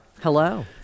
Hello